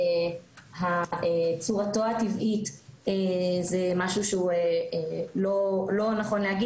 שצורתו הטבעית זה משהו שלא נכון להגיד